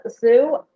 Sue